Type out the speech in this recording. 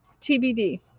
TBD